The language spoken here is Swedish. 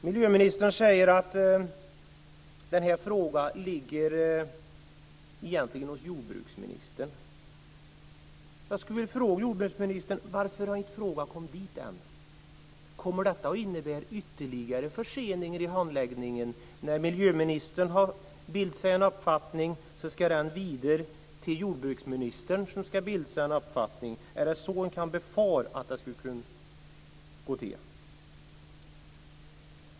Miljöministern säger att den här frågan egentligen ligger hos jordbruksministern. Varför har inte frågan kommit dit än? Kommer detta att innebära ytterligare förseningar i handläggningen? När miljöministern har bildat sig en uppfattning ska den vidare över till jordbruksministern som i sin tur ska bilda sig en uppfattning. Är det så man kan befara att det skulle kunna gå till?